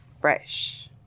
fresh